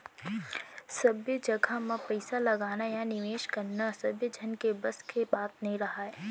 सब्बे जघा म पइसा लगाना या निवेस करना सबे झन के बस के बात नइ राहय